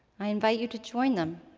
i invite you to join them